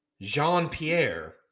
Jean-Pierre